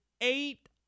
eight